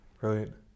brilliant